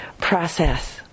process